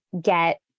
get